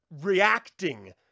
reacting